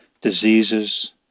diseases